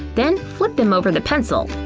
then flip them over the pencil.